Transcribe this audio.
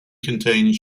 contains